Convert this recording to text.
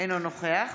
אינו נוכח